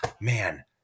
Man